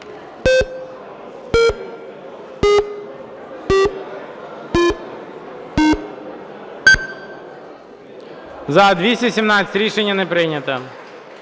За-47 Рішення не прийнято.